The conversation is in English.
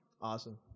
awesome